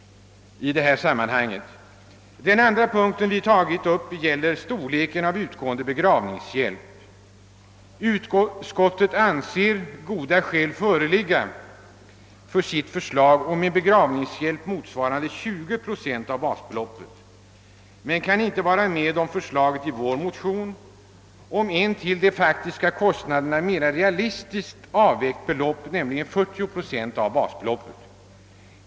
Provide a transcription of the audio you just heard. Den andra punkten vi tagit upp gäller storleken av utgående begravningshjälp. Utskottet anser goda skäl föreligga för sitt förslag om en begravnings hjälp motsvarande 20 procent av basbeloppet och kan inte vara med om förslaget i vår motion om ett till de faktiska kostnaderna mera realistiskt avvägt belopp, nämligen 40 procent av basbeloppet.